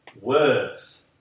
Words